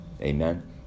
Amen